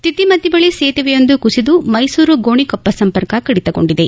ತಿತಿಮತಿ ಬಳಿ ಸೇತುವೆಯೊಂದು ಕುಸಿದು ಮೈಸೂರು ಗೋಣಿಕೊಪ್ಪ ಸಂಪರ್ಕ ಕಡಿತಗೊಂಡಿದೆ